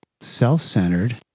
self-centered